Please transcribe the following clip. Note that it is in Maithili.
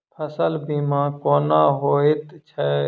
फसल बीमा कोना होइत छै?